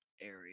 area